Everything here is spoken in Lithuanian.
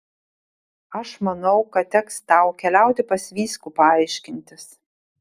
aš manau kad teks tau keliauti pas vyskupą aiškintis